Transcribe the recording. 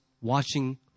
watching